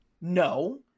No